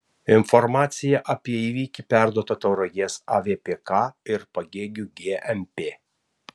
informacija apie įvykį perduota tauragės avpk ir pagėgių gmp